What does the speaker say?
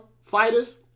fighters